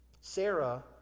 Sarah